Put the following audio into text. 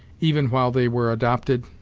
even while they were adopted.